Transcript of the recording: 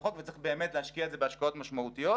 החוק וצריך באמת להשקיע את זה בהשקעות משמעותיות,